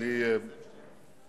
אני